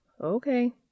Okay